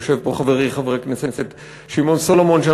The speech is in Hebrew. יושב פה חברי חבר הכנסת שמעון סולומון,